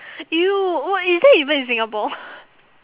!eww! wh~ is that even in singapore